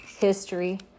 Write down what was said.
history